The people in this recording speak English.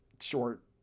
short